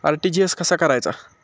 RTGS कसा करायचा?